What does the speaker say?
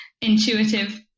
intuitive